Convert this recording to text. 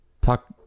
talk